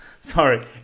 sorry